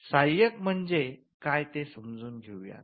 सहाय्यक म्हणजे काय ते समजून घेऊयात